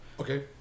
Okay